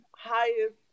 highest